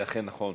זה אכן נכון,